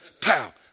pow